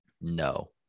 No